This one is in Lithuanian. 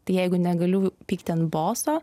tai jeigu negaliu pykti ant boso